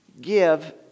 Give